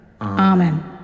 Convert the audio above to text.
amen